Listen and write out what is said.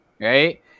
right